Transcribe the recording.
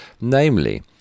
namely